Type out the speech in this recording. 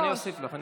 אני אוסיף לך.